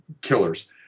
killers